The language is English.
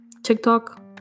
Tiktok